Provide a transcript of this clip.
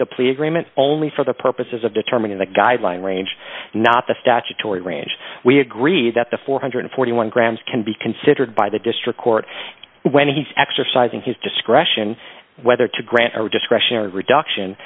the plea agreement only for the purposes of determining the guideline range not the statutory range we agreed that the four hundred and forty one grams can be considered by the district court when he's exercising his discretion whether to grant or discretionary reduction